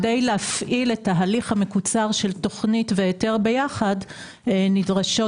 כדי להפעיל את ההליך המקוצר של תוכנית והיתר ביחד נדרשות